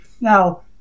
Now